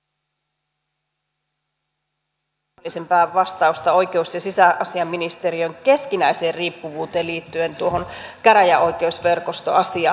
vielä pyytäisin ministeriltä täsmällisempää vastausta oikeus ja sisäasiainministeriön keskinäiseen riippuvuuteen liittyen tuohon käräjäoikeusverkostoasiaan